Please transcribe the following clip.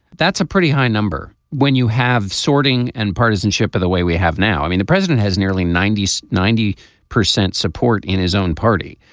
that's a pretty high number. when you have sorting and partisanship of the way we have now i mean the president has nearly ninety so ninety percent support in his own party.